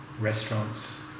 restaurants